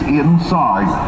inside